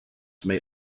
may